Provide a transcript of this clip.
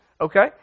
Okay